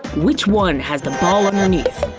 which one has the ball underneath?